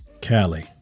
Cali